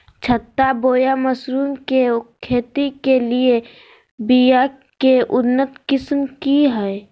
छत्ता बोया मशरूम के खेती के लिए बिया के उन्नत किस्म की हैं?